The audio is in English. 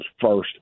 first